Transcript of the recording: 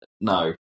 No